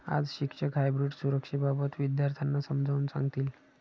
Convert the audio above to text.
आज शिक्षक हायब्रीड सुरक्षेबाबत विद्यार्थ्यांना समजावून सांगतील